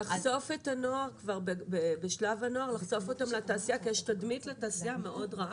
לחשוף את הנוער לתעשייה כי לתעשייה יש תדמית מאוד רעה,